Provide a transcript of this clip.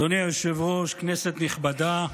אדוני היושב-ראש, כנסת נכבדה,